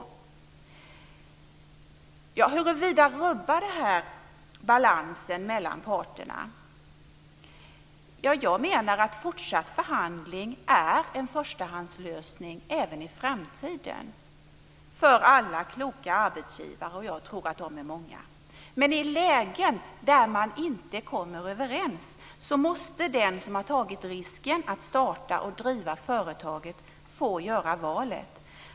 Hur rubbar det här balansen mellan parterna? Jag menar att fortsatt förhandling är en förstahandslösning även i framtiden för alla kloka arbetsgivare, och jag tror att de är många. Men i lägen där man inte kommer överens måste den som har tagit risken att starta och driva företaget få göra valet.